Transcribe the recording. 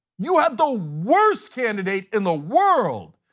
you have the worst candidate in the world.